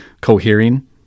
cohering